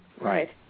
Right